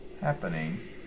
happening